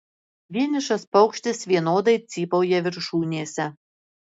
vienišas paukštis vienodai cypauja viršūnėse